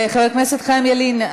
חבר הכנסת חיים ילין,